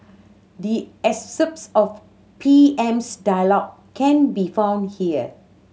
the excerpts of P M's dialogue can be found here